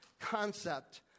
concept